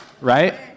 Right